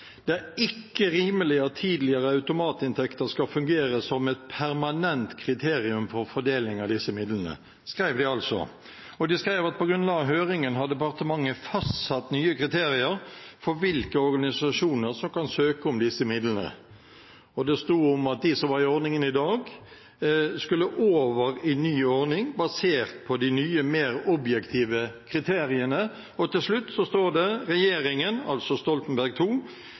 «Det er ikke rimelig at tidligere automatinntekter skal fungere som et permanent kriterium for fordeling av disse midlene.» Det skrev de altså. Og de skrev at på grunnlag av høringen hadde departementet fastsatt nye kriterier for hvilke organisasjoner som kan søke om disse midlene. Og det stod at de som var i ordningen i dag, skulle over i en ny ordning basert på de nye, mer objektive kriteriene. Og til slutt står det: «Regjeringen» – altså Stoltenberg II